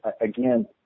again